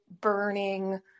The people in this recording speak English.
burning